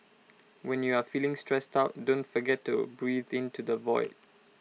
when you are feeling stressed out don't forget to breathe into the void